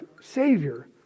savior